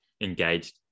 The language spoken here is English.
engaged